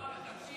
לא, אבל תמשיך: